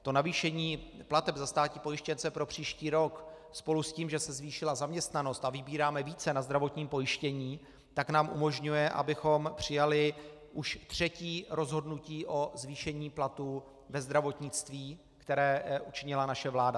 To navýšení plateb za státní pojištěnce pro příští rok spolu s tím, že se zvýšila zaměstnanost a vybíráme více na zdravotním pojištění, nám umožňuje, abychom přijali už třetí rozhodnutí o zvýšení platů ve zdravotnictví, které učinila naše vláda.